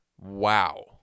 Wow